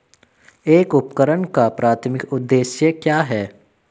एक उपकरण का प्राथमिक उद्देश्य क्या है?